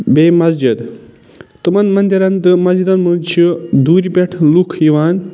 بیٚیہِ مسجِد تِمَن منٛدِرَن تہٕ مسجِدَن منٛز چھِ دوٗرِ پٮ۪ٹھ لُکھ یِوان